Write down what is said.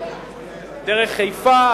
דרך חיפה,